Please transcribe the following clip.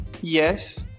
Yes